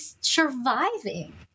surviving